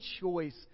choice